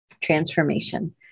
transformation